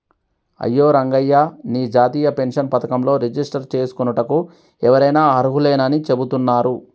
అయ్యో రంగయ్య నీ జాతీయ పెన్షన్ పథకంలో రిజిస్టర్ చేసుకోనుటకు ఎవరైనా అర్హులేనని చెబుతున్నారు